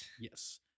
Yes